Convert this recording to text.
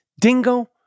Dingo